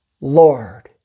Lord